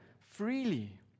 freely